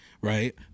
right